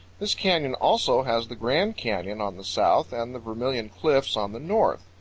this canyon also has the grand canyon on the south and the vermilion cliffs on the north.